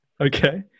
Okay